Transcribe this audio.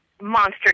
monster